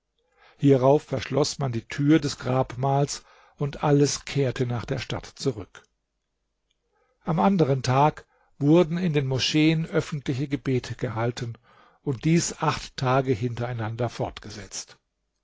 hierauf verschloß man die tür des grabmals und alles kehrte nach der stadt zurück am anderen tag wurden in den moscheen öffentliche gebete gehalten und dies acht tage hintereinander fortgesetzt